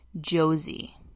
Josie